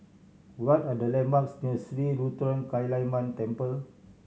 what are the landmarks near Sri Ruthra Kaliamman Temple